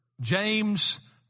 James